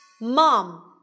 Mom